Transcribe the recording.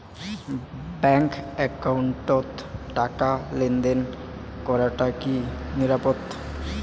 Bank একাউন্টত টাকা লেনদেন করাটা কি নিরাপদ?